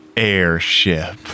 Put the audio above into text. Airship